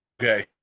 Okay